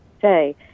say